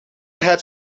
had